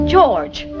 George